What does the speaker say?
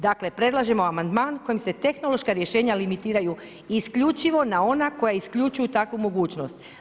Dakle predlažemo amandman kojim se tehnološka rješenja limitiraju isključivo na ona koja isključuju takvu mogućnost.